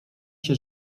się